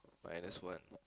minus one